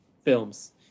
films